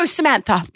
Samantha